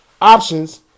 options